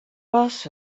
was